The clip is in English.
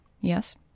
Yes